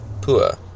Pua